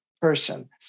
person